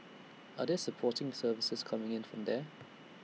are there supporting services coming in from there